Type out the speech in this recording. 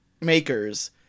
makers